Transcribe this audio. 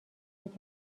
است